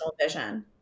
vision